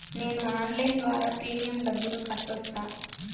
నేను ఆన్లైన్ ద్వారా ప్రీమియం డబ్బును కట్టొచ్చా?